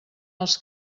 els